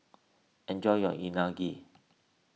enjoy your Unagi